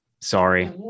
sorry